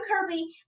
Kirby